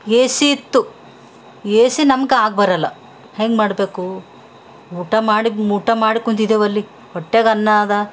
A C ಇತ್ತು A C ನಮ್ಗೆ ಆಗಿ ಬರಲ್ಲ ಹೆಂಗೆ ಮಾಡಬೇಕು ಊಟ ಮಾಡಿ ಊಟ ಮಾಡಿ ಕುಂತಿದ್ದೇವಲ್ಲಿ ಹೊಟ್ಟೆಗನ್ನ ಅದ